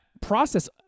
process